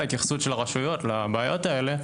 בכל ההתייחסות של הרשויות לבעיות האלה,